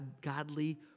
Godly